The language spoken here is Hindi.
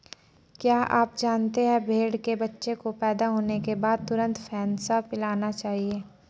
क्या आप जानते है भेड़ के बच्चे को पैदा होने के बाद तुरंत फेनसा पिलाना चाहिए?